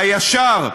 הישר,